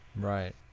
Right